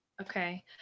Okay